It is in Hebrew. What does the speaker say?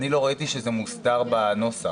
לא ראיתי שזה מוסדר בנוסח.